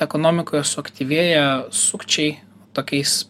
ekonomikoje suaktyvėja sukčiai tokiais